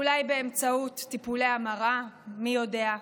אולי באמצעות טיפולי המרה, מי יודע.